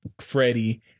Freddie